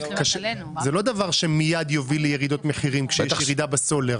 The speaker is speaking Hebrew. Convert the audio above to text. הרי זה לא דבר שמיד יוביל לירידה במחירים כשיש ירידה בסולר.